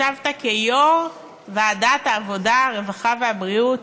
ישבת כיו"ר ועדת העבודה, הרווחה והבריאות,